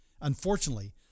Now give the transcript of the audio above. Unfortunately